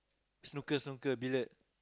snooker snooker billiard